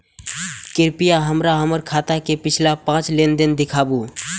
कृपया हमरा हमर खाता के पिछला पांच लेन देन दिखाबू